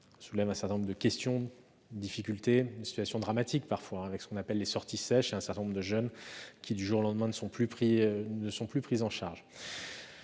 à l'enfance, un certain nombre de questions, de difficultés, parfois de situations dramatiques, avec ce que l'on appelle les sorties sèches. Un certain nombre de jeunes, du jour au lendemain, ne sont plus pris en charge.